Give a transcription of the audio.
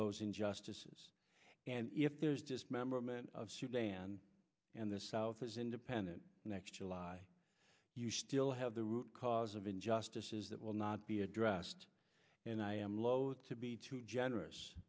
those injustices and if there's just member men of sudan and the south is independent next july you still have the root cause of injustices that will not be addressed and i am loath to be too generous